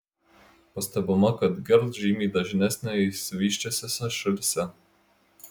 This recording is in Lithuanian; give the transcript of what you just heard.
pastebima kad gerl žymiai dažnesnė išsivysčiusiose šalyse